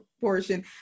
portion